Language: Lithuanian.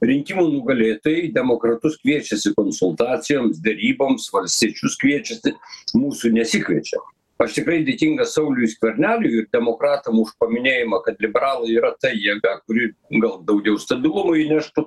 rinkimų nugalėtojai demokratus kviečiasi konsultacijoms deryboms valstiečius kviečiasi mūsų nesikviečia aš tikrai dėkingas sauliui skverneliui ir demokratam už paminėjimą kad liberalai yra ta jėga kuri gal daugiau stabilumo įneštų